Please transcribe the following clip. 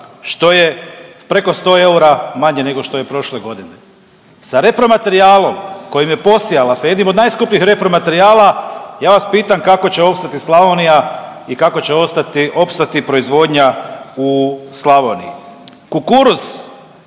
što je preko 100 eura manje nego što je prošle godine, sa repromaterijalom kojim je posijala se, jednim od najskupljih repromaterijala ja vas pitam kako će opstati Slavonija i kako opstati proizvodnja u Slavoniji? Kukuruz,